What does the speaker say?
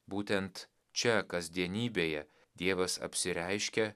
būtent čia kasdienybėje dievas apsireiškia